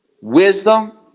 Wisdom